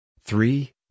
Three